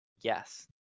Yes